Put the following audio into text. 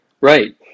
Right